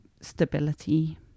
stability